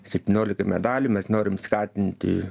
septyniolika medalių mes norim skatinti